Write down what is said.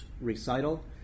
recital